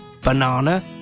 banana